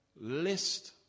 list